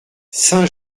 saint